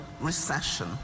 recession